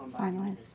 Finalized